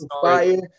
fire